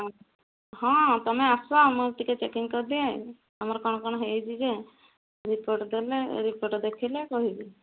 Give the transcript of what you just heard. ହଁ ତୁମେ ଆସ ମୁଁ ଟିକେ ଚେକିଂ କରିଦିଏ ଆମର କ'ଣ କ'ଣ ହୋଇଛି ଯେ ରିପୋର୍ଟ ଦେଲେ ରିପୋର୍ଟ ଦେଖିଲେ କହିବି